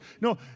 No